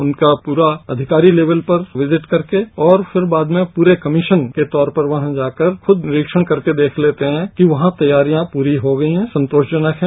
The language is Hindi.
उनका पूरा अधिकारी लेकल पर विजिट करके और फिर बाद में पूरे कमीशन के तौर पर वहां जाकर खुद निरिक्षण करके देख लेते हैं कि वहां तैयारियां पूरी हो गई हैं संतोषजनक हैं